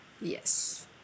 Yes